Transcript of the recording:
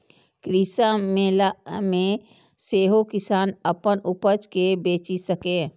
कृषि मेला मे सेहो किसान अपन उपज कें बेचि सकैए